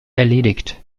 erledigt